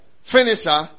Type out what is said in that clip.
finisher